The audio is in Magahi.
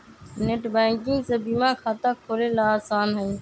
नेटबैंकिंग से बीमा खाता खोलेला आसान हई